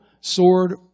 sword